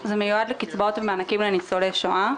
זה מיועד לקצבאות ומענקים לניצולי שואה.